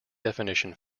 definition